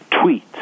tweet